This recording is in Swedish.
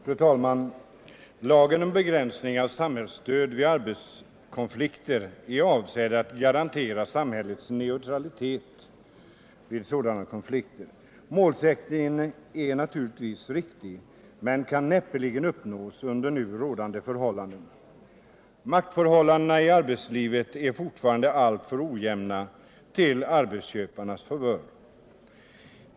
Fru talman! Lagen om begränsning av samhällsstöd vid arbetskonflikter är avsedd att garantera samhällets neutralitet vid sådana konflikter. Målsättningen är naturligtvis riktig, men kan näppeligen uppnås under nu rådande förhållanden. Maktförhållandena i arbetslivet är fortfarande alltför ojämna, till arbetsköparnas favör.